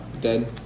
dead